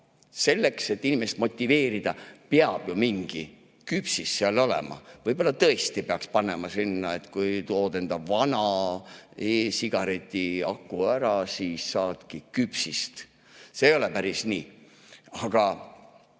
Selleks, et inimest motiveerida, peab ju mingi küpsis olema. Võib-olla tõesti peaks panema [teate], et kui tood enda vana e‑sigareti aku ära, siis saad vastu küpsise. See ei ole päris nii. Aga